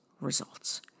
results